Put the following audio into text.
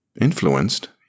Influenced